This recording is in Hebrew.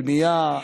בנייה,